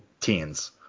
teens